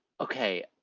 okay.